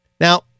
Now